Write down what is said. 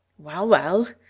well, well,